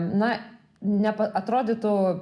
na ne atrodytų